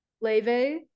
Leve